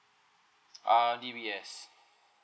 uh dbs